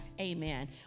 Amen